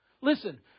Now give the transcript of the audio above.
Listen